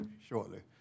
shortly